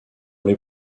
les